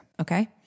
Okay